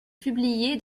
publié